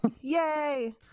Yay